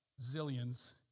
zillions